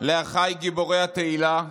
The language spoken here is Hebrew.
לאחיי גיבורי התהילה,